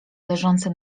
leżące